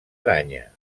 aranya